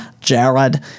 Jared